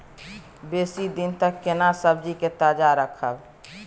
बेसी दिन तक केना सब्जी के ताजा रखब?